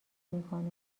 میکنه